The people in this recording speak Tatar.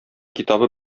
китабы